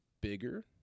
bigger